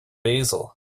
basil